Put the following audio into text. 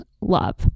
love